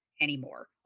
anymore